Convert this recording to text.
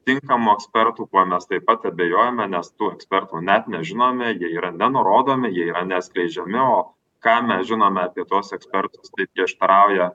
tinkamų ekspertų kuo mes taip pat abejojome nes tų ekspertų net nežinome jie yra nenurodomi jie yra neatskleidžiami o ką mes žinome apie tuos ekspertus tai prieštarauja